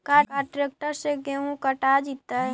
का ट्रैक्टर से गेहूं कटा जितै?